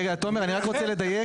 רגע, תומר, אני רק רוצה לדייק.